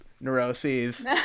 neuroses